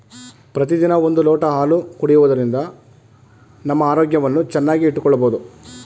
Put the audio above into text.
ಪ್ರತಿದಿನ ಒಂದು ಲೋಟ ಹಾಲು ಕುಡಿಯುವುದರಿಂದ ನಮ್ಮ ಆರೋಗ್ಯವನ್ನು ಚೆನ್ನಾಗಿ ಇಟ್ಟುಕೊಳ್ಳಬೋದು